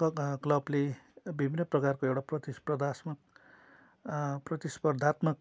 club क्लबले विभिन्न प्रकारको एउटा प्रतिस्पर्धात्मक प्रतिस्पर्धात्मक